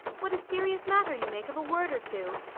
what a serious matter you make of a word or two!